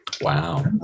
wow